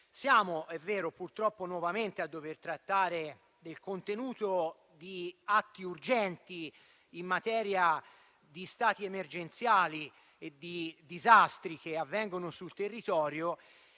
civile. Purtroppo, siamo nuovamente a dover trattare del contenuto di atti urgenti in materia di stati emergenziali e di disastri che avvengono sul territorio,